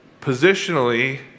positionally